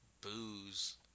booze